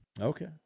Okay